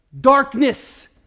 darkness